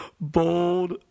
Bold